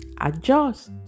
Adjust